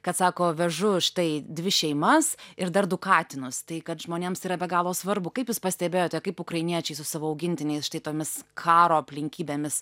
kad sako vežu štai dvi šeimas ir dar du katinus tai kad žmonėms yra be galo svarbu kaip jūs pastebėjote kaip ukrainiečiai su savo augintiniais štai tomis karo aplinkybėmis